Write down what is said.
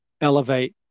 elevate